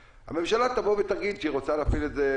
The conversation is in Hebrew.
הממשלה תגיד שהיא רוצה להשאיר את זה